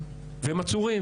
והם עצורים,